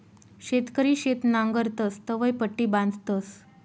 शेतकरी शेत नांगरतस तवंय पट्टी बांधतस